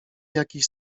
jakiś